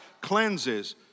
cleanses